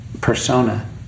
persona